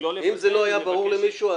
אם זה לא היה ברור למישהו,